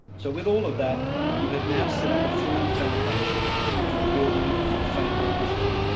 so, with all of that you have now set up a firm foundation for building your family history.